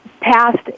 past